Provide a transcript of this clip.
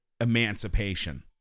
emancipation